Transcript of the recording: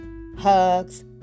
hugs